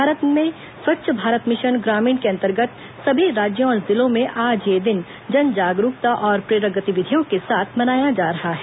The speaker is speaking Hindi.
भारत में स्वच्छ भारत मिशन ग्रामीण के अंतर्गत सभी राज्यों और जिलों में आज यह दिन जन जागरूकता और प्रेरक गतिविधियों के साथ मनाया जा रहा है